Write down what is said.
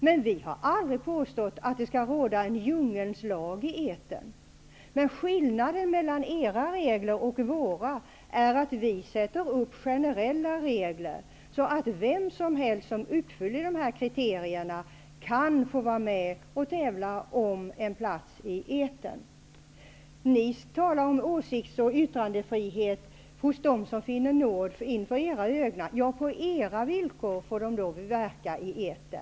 Men vi har aldrig påstått att en djungelns lag skall råda i etern. Skillnaden mellan era och våra regler är att vi sätter upp generella sådana, så att vem som helst som uppfyller kriterierna kan få vara med och tävla om en plats i etern. Ni talar om åsikts och yttrandefrihet hos dem som finner nåd inför era ögon. Ja, på era villkor får man verka i etern.